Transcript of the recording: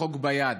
חוק ביד.